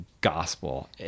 gospel